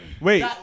Wait